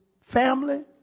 family